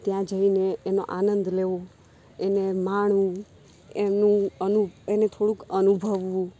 ત્યાં જઈને એનો આનંદ લેવો એને માણવું એને અને એને થોડુંક અનુભવવું